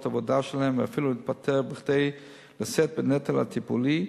העבודה שלהם ואפילו להתפטר כדי לשאת בנטל הטיפולי,